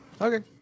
Okay